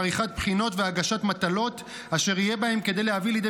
עריכת בחינות והגשת מטלות אשר יהיה בהן כדי להביא לידי